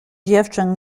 dziewczę